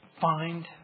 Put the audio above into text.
find